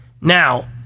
Now